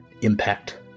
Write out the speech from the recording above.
impact